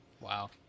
Wow